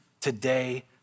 today